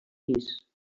pis